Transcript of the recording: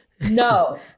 no